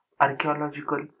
archaeological